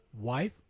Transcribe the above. wife